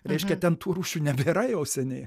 reiškia ten tų rūšių nebėra jau seniai